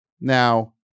now